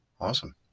Awesome